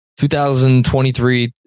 2023